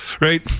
Right